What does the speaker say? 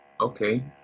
Okay